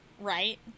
right